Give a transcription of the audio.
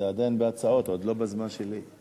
זה עדיין בהצעות, עוד לא בזמן שלי.